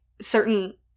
certain